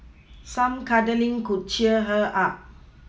some cuddling could cheer her up